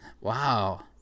wow